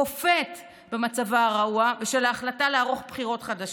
קופאת במצבה הרעוע בשל ההחלטה לערוך בחירות חדשות.